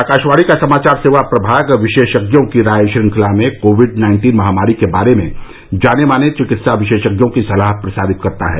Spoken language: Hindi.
आकाशवाणी का समाचार सेवा प्रभाग विशेषज्ञों की राय श्रृंखला में कोविड नाइन्टीन महामारी के बारे में जाने माने चिकित्सा विशेषज्ञों की सलाह प्रसारित करता है